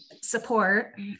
support